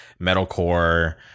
metalcore